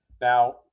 Now